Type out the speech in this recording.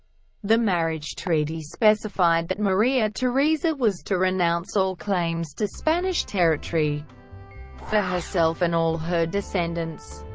the marriage treaty specified that maria theresa was to renounce all claims to spanish territory for herself and all her descendants.